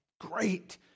Great